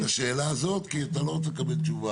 אל תשאל את השאלה הזאת כי אתה לא רוצה לקבל תשובה.